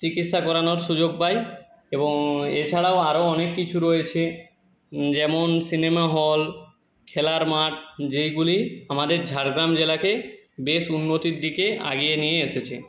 চিকিৎসা করানোর সুযোগ পায় এবং এছাড়াও আরো অনেক কিছু রয়েছে যেমন সিনেমা হল খেলার মাঠ যেইগুলি আমাদের ঝাড়গ্রাম জেলাকে বেশ উন্নতির দিকে আগিয়ে নিয়ে এসেছে